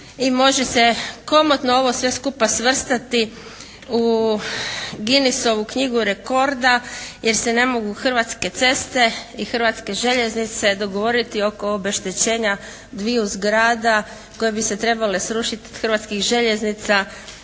i može se komotno ovo sve skupa svrstati u Guinessovu knjigu rekorda jer se ne mogu Hrvatske ceste i Hrvatske željeznice dogovoriti oko obeštećenja dviju zgrada koje bi se trebale sruštiti od Hrvatskih željeznica